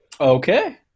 Okay